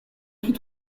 suis